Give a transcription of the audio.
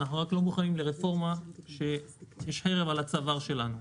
אבל אנחנו לא מוכנים לרפורמה כאשר יש חרב על הצוואר שלנו.